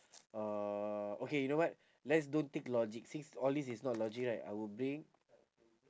uh okay you know what let's don't think logic since all these is not logic right I will bring